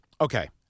okay